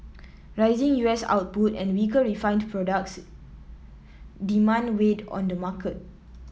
rising U S output and weaker refined products demand weighed on the market